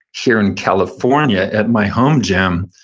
here in california at my home gym,